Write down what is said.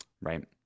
right